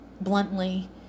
bluntly